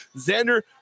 Xander